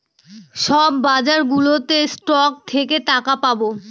সব বাজারগুলোতে স্টক থেকে টাকা পাবো